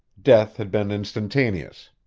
death had been instantaneous.